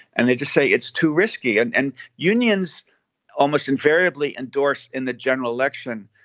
and they just say it's too risky. and and unions almost invariably endorse in the general election.